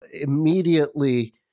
immediately